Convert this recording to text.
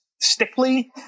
stickly